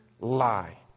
lie